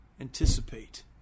anticipate